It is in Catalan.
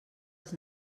els